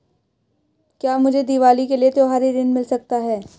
क्या मुझे दीवाली के लिए त्यौहारी ऋण मिल सकता है?